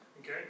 Okay